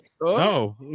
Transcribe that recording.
No